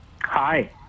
Hi